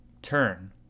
Turn